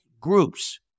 groups